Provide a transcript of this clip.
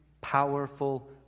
powerful